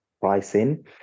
pricing